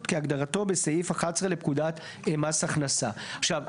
כהגדרתו בסעיף 11 לפקודת מס הכנסה;" עכשיו,